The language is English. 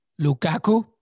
Lukaku